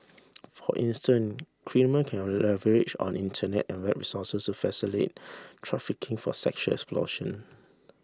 for instance criminal can leverage on Internet and web resources to facilitate trafficking for sexual exploitation